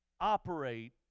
operate